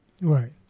Right